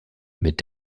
mit